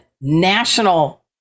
national